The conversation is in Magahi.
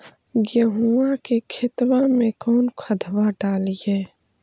गेहुआ के खेतवा में कौन खदबा डालिए?